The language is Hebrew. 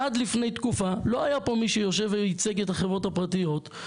עד לפני תקופה לא היה מי שישב וייצג את החברות הפרטיות,